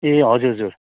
ए हजुर हजुर